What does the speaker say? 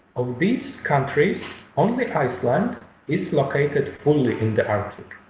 of these countries only iceland is located fully in the arctic.